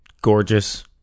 gorgeous